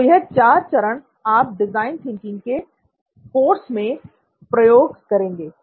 तो यह चार चरण आप डिज़ाइन थिंकिंग के कोर्स में प्रयोग करेंगे